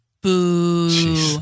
Boo